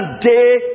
Day